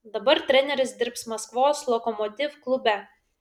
dabar treneris dirbs maskvos lokomotiv klube